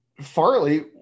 farley